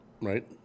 right